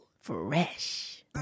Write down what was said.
Fresh